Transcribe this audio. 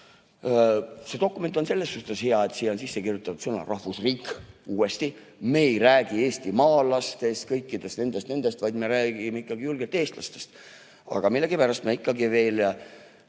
See dokument on selles suhtes hea, et siia on sisse kirjutatud sõna "rahvusriik", uuesti. Me ei räägi eestimaalastest, kõikidest nendest-nendest, vaid me räägime ikkagi julgelt eestlastest. Aga millegipärast me ikkagi veel